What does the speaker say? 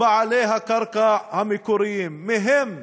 בעלי הקרקע המקוריים, מהם